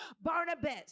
Barnabas